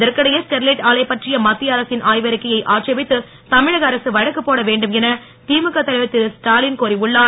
இதற்கிடையே ஸ்டெரிலைட் ஆலை பற்றிய மத்திய அரசின் ஆய்வறிக்கையை ஆட்சேபித்து தமிழக அரசு வழக்கு போட வேண்டும் என திமுக தலைவர் திரு ஸ்டாலின் கோரி உள்ளார்